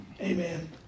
Amen